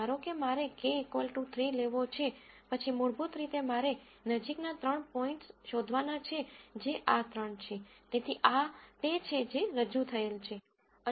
ધારોકે કે મારે k 3 લેવો છે પછી મૂળભૂત રીતે મારે નજીકના ત્રણ પોઈન્ટ શોધવાના છે જે આ ત્રણ છે તેથી આ તે છે જે રજૂ થયેલ છે